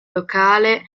locale